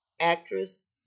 actress